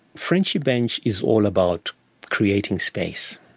friendship bench is all about creating space,